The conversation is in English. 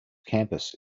campus